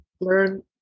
Learn